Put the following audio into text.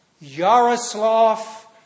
Yaroslav